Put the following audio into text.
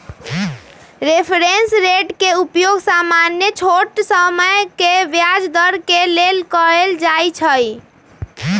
reference rate के उपयोग सामान्य छोट समय के ब्याज दर के लेल कएल जाइ छइ